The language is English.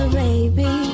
baby